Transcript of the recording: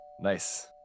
Nice